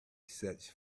such